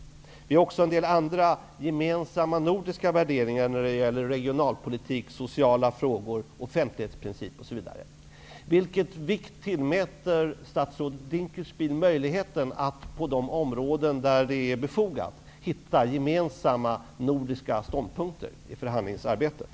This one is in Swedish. Det finns också en del gemensamma nordiska värderingar när det gäller regionalpolitik, sociala frågor, offentlighetsprincipen osv. Vilken vikt tillmäter statsrådet Dinkelspiel möjligheten att på de områden där det är befogat hitta gemensamma nordiska ståndpunkter i förhandlingsarbetet?